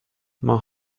ماه